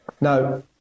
Now